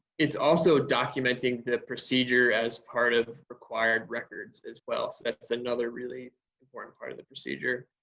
it's also documenting the procedure as part of required records as well, so that's another really important part of the procedure.